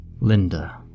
Linda